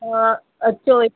हा अचो